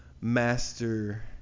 Master